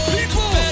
People